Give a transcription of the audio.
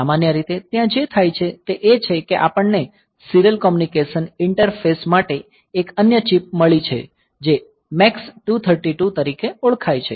સામાન્ય રીતે ત્યાં જે થાય છે તે એ છે કે આપણને સીરીયલ કોમ્યુનિકેશન ઈન્ટરફેસ માટે એક અન્ય ચિપ મળી છે જે MAX232 તરીકે ઓળખાય છે